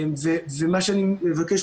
ומה שאני מבקש,